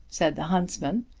said the huntsman,